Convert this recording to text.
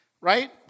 Right